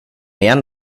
igen